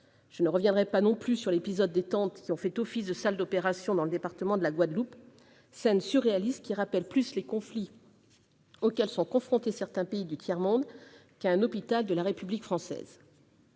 Je ne reviendrai pas non plus sur l'épisode des tentes qui ont fait office de salles d'opération dans le département de la Guadeloupe, scène surréaliste qui rappelle plus les conflits auxquels sont confrontés certains pays du tiers-monde qu'un hôpital de la République française.